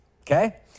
okay